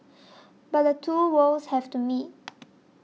but the two worlds have to meet